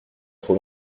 trop